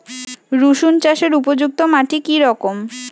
রুসুন চাষের উপযুক্ত মাটি কি রকম?